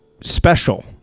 special